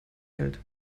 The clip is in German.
hält